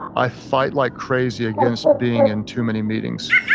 i fight like crazy against being in too many meetings.